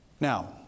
Now